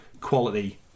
quality